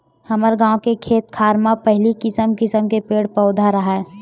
हमर गाँव के खेत खार म पहिली किसम किसम के पेड़ पउधा राहय